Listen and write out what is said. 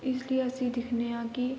इसै लेई अस दिखनेआं कि